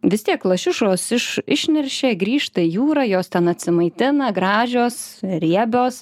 vis tiek lašišos iš išneršia grįžta į jūrą jos ten atsimaitina gražios riebios